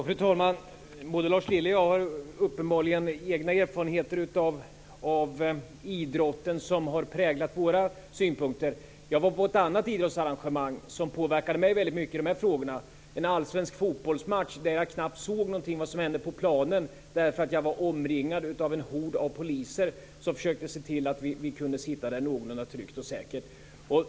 Fru talman! Både Lars Lilja och jag har uppenbarligen egna erfarenheter av idrotten vilka har präglat våra synpunkter. Jag var på ett annat idrottsarrangemang som påverkade mig väldigt mycket när det gäller de här frågorna. Det var en allsvensk fotbollsmatch, där jag knappt såg någonting av vad som hände på planen därför att jag var omringad av en hord poliser som försökte se till att vi kunde sitta någorlunda tryggt och säkert.